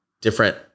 different